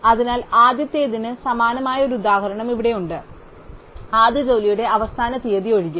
അതിനാൽ ആദ്യത്തേതിന് സമാനമായ ഒരു ഉദാഹരണം ഇവിടെയുണ്ട് ആദ്യ ജോലിയുടെ അവസാന തീയതി ഒഴികെ